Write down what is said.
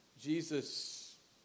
Jesus